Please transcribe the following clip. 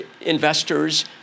investors